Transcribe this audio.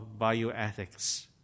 bioethics